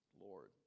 Lord